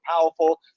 powerful